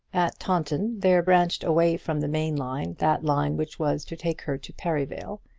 at taunton there branched away from the main line that line which was to take her to perivale,